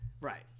Right